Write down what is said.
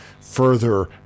further